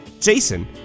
Jason